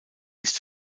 ist